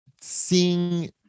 seeing